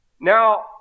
Now